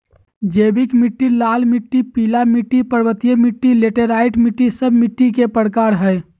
जैविक मिट्टी, लाल मिट्टी, पीला मिट्टी, पर्वतीय मिट्टी, लैटेराइट मिट्टी, सब मिट्टी के प्रकार हइ